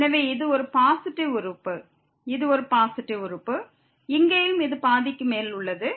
எனவே இது ஒரு பாசிட்டிவ் உறுப்பு இது ஒரு பாசிட்டிவ் உறுப்பு இங்கேயும் இது பாதிக்கு மேல் உள்ளது